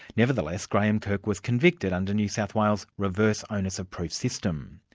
nevertheless, graeme kirk was convicted under new south wales reverse onus of proof system.